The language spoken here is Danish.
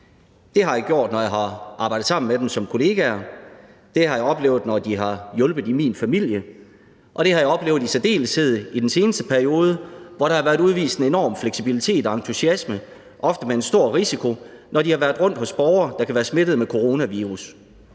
Det har jeg fået, når jeg har arbejdet sammen med dem som kollegaer; det har jeg oplevet, når de har hjulpet i min familie; og det har jeg i særdeleshed oplevet i den seneste periode, hvor der har været udvist en enorm fleksibilitet og entusiasme, når de, ofte forbundet med en stor risiko, har været rundt hos borgere, der kan være smittet med coronavirus,